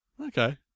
Okay